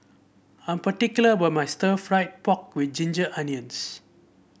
I am particular about my stir fry pork with Ginger Onions